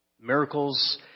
Miracles